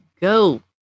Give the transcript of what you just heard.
go